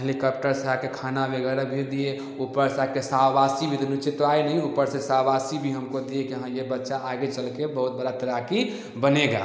helicopter से आके खाना वगैरा भेज दिए ऊपर से आ कर शाबाशी भी चितवाए नही ऊपर से शाबाशी भी हमको दिए कि हाँ ये बच्चा आगे चल के बहुत बड़ा तैराकी बनेगा